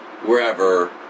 wherever